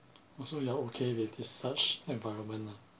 oh so you are okay with this such environment lah